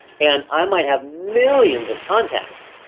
and i might have millions of contacts.